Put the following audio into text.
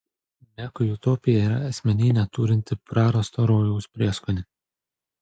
mekui utopija yra asmeninė turinti prarasto rojaus prieskonį